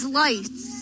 lights